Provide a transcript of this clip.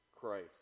Christ